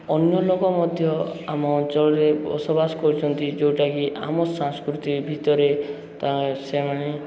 ଅନ୍ୟ ଲୋକ ମଧ୍ୟ ଆମ ଅଞ୍ଚଳରେ ବସବାସ କରୁଛନ୍ତି ଯେଉଁଟାକି ଆମ ସଂସ୍କୃତି ଭିତରେ ତ ସେମାନେ